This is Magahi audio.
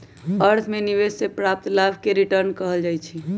अर्थ में निवेश से प्राप्त लाभ के रिटर्न कहल जाइ छइ